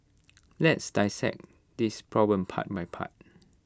let's dissect this problem part by part